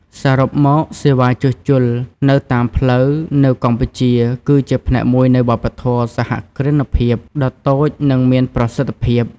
សរុបមក សេវាជួសជុលនៅតាមផ្លូវនៅកម្ពុជាគឺជាផ្នែកមួយនៃវប្បធម៌សហគ្រិនភាពដ៏តូចនិងមានប្រសិទ្ធភាព។